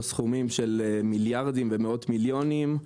סכומים של מיליארדים ומאות מיליונים.